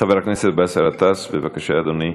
חבר הכנסת באסל גטאס, בבקשה, אדוני.